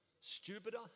stupider